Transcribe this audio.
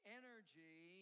energy